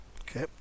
Okay